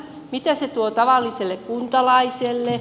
mitä se tuo tavalliselle kuntalaiselle